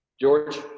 George